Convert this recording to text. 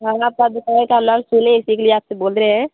हम आपकी दुकान का नाम सुने हैं इसीलिए आपसे बोल रहे हैं